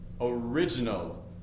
original